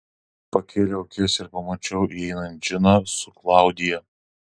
pakėliau akis ir pamačiau įeinant džiną su klaudija